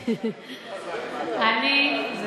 גברתי, השכל הישר יותר חזק מהדף.